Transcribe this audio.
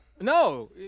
No